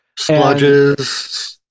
Sludges